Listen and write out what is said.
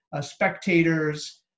spectators